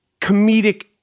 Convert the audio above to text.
comedic